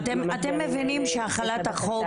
ממש בימים אלה,